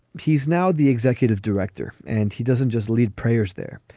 he's now the executive director and he doesn't just lead prayers there.